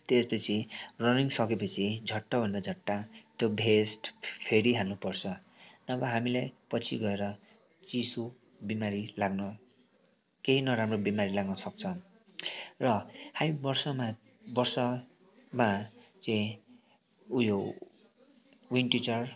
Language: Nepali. त्यसपछि रनिङ सकेपछि झट्टभन्दा झट्ट त्यो भेस्ट फेरिहाल्नु पर्छ नभए हामीलाई पछि गएर चिसो बिमारी लाग्न केही नराम्रो बिमारी लाग्न सक्छ र हामी वर्षामा वर्षामा चाहिँ उयो विन्ड सिटर